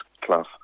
class